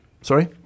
Sorry